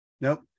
Nope